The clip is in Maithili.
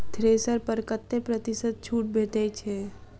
थ्रेसर पर कतै प्रतिशत छूट भेटय छै?